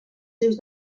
seus